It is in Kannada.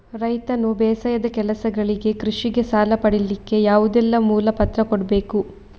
ರೈತನು ಬೇಸಾಯದ ಕೆಲಸಗಳಿಗೆ, ಕೃಷಿಗೆ ಸಾಲ ಪಡಿಲಿಕ್ಕೆ ಯಾವುದೆಲ್ಲ ಮೂಲ ಪತ್ರ ಕೊಡ್ಬೇಕು?